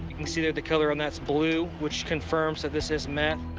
can see that the color on that's blue, which confirms that this is meth.